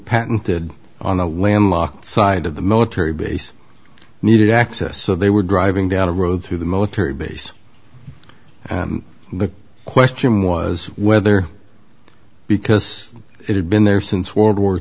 patented on the landlocked side of the military base needed access so they were driving down the road through the military base the question was whether because it had been there since world war